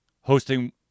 hosting